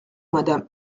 madame